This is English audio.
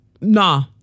Nah